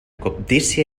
cobdícia